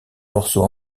morceau